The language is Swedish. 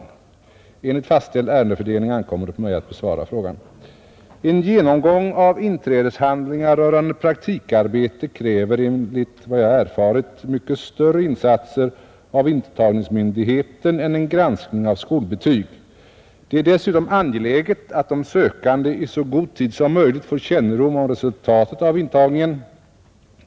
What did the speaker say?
Enligt fastställd ärendefördelning ankommer det på mig att besvara frågan. En genomgång av inträdeshandlingar rörande praktikarbete kräver enligt vad jag erfarit mycket större insatser av intagningsmyndigheten än en granskning av skolbetyg. Det är dessutom angeläget att de sökande i så god tid som möjligt får kännedom om resultatet aav intagningen.